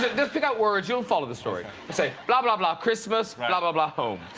just pick out words. you'll follow the story say bla bla. bla christmas. bla bla. bla home